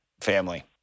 family